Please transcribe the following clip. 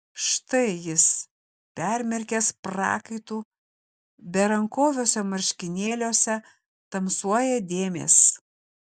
štai jis permirkęs prakaitu berankoviuose marškinėliuose tamsuoja dėmės